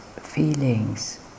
feelings